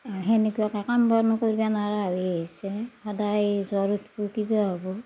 সেনেকুৱাকে কাম বন কৰিব নোৱাৰা হৈ আহিছে সদায় জ্বৰ উঠিব কিবা হ'ব